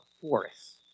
forests